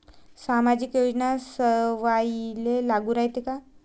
सामाजिक योजना सर्वाईले लागू रायते काय?